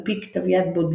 על פי כתב יד בודליאנה,